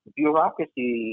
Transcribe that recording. bureaucracy